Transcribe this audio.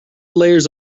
layers